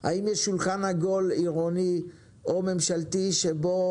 אם יש שולחן עגול עירוני או ממשלתי שבו